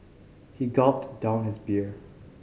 he gulped down his beer